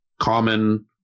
common